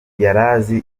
yarazi